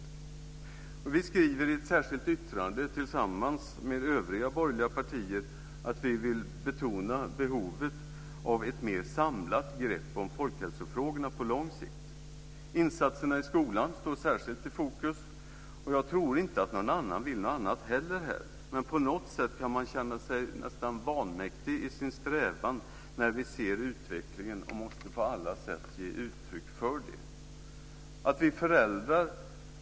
Vi i Folkpartiet skriver i ett särskilt yttrande tillsammans med övriga borgerliga partier att vi vill betona behovet av ett mer samlat grepp om folkhälsofrågorna på lång sikt. Insatserna i skolan står särskilt i fokus. Jag tror inte heller att någon annan vill något annat här. Men på något sätt kan man känna sig nästan vanmäktig i sin strävan när vi ser utvecklingen, och vi måste på alla sätt ge uttryck för det.